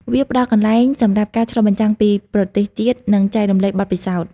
វាផ្តល់កន្លែងសម្រាប់ការឆ្លុះបញ្ចាំងពីប្រទេសជាតិ និងចែករំលែកបទពិសោធន៍។